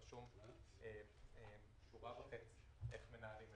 רשומה שורה וחצי איך מנהלים אותו.